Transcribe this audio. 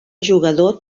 jugador